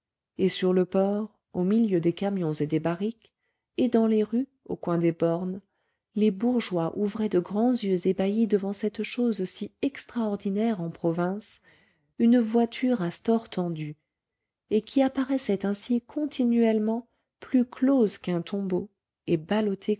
et sur le port au milieu des camions et des barriques et dans les rues au coin des bornes les bourgeois ouvraient de grands yeux ébahis devant cette chose si extraordinaire en province une voiture à stores tendus et qui apparaissait ainsi continuellement plus close qu'un tombeau et ballottée